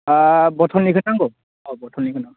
बथलनिखौ नांगो औ बथलनिखौनो